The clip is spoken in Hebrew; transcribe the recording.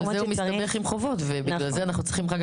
בגלל זה הוא מסתבך עם חובות ובגלל זה אנחנו צריכים אחר